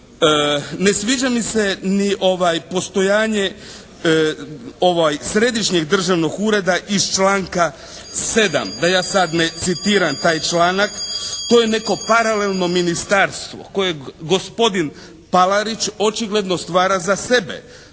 Ne sviđa mi se ni postojanje središnjeg državnog ureda iz članka 7. Da ja sada ne citiram taj članak. To je neko paralelno ministarstvo kojeg gospodin Palarić očigledno stvara za sebe,